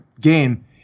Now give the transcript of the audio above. game